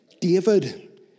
David